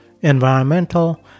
environmental